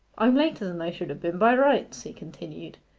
i'm later than i should have been by rights he continued,